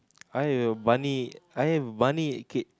I have a bunny I have a bunny keep